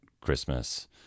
Christmas